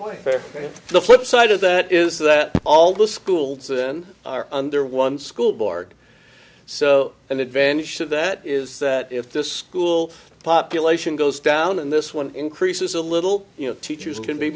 for the flip side of that is that all the schools than are under one school board so an advantage of that is that if the school population goes down and this one increases a little you know teachers can be